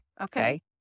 Okay